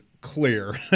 clear